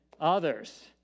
others